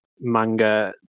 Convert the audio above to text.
manga